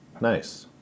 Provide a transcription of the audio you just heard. nice